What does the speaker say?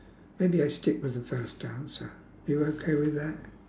maybe I stick with the first answer you okay with that